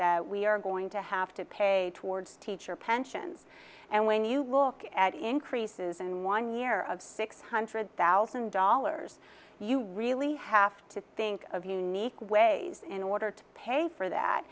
that we are going to have to pay towards teacher pensions and when you look at increases in one year of six hundred thousand dollars you really have to think of unique ways in order to pay for that